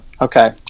Okay